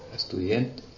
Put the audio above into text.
estudiante